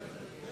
התשס"ט 2009,